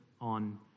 on